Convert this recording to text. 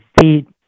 feet